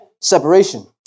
Separation